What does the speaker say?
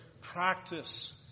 practice